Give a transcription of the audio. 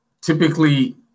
typically